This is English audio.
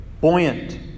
buoyant